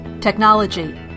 technology